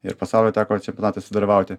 ir pasaulio teko čempionatuose dalyvauti